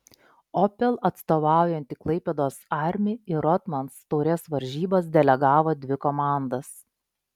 opel atstovaujanti klaipėdos armi į rothmans taurės varžybas delegavo dvi komandas